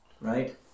right